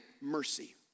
mercy